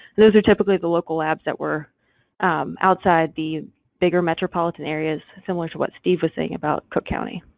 those are typically the local labs that were outside the bigger metropolitan areas, similar to what steve was saying about cook county.